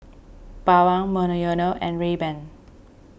Bawang Monoyono and Rayban